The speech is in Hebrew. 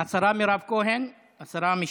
תודה רבה.